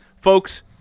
Folks